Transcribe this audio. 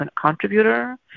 contributor